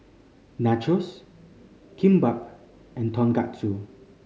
Nachos Kimbap and Tonkatsu